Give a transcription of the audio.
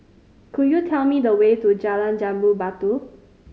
could you tell me the way to Jalan Jambu Batu